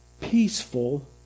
peaceful